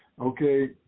Okay